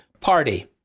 party